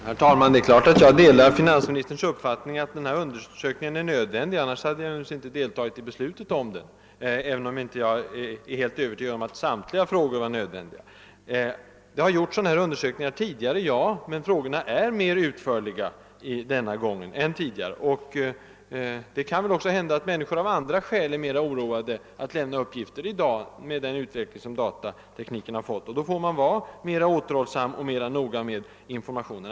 Herr talman! Det är klart att jag delar finansministerns uppfattning att denna undersökning är nödvändig. Annars hade jag inte deltagit i beslutet om den. Men jag är inte övertygad om att samtliga frågor var nödvändiga. Visst har det gjorts sådana här undersökningar tidigare, men frågorna är denna gång mera utförliga. Det kan också hända att människor, med den utveckling som datatekniken har fått, är mera oroade i dag av att lämna uppgifter, och då får man vara mera återhållsam och mera noggrann med informationen.